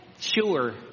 sure